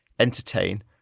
entertain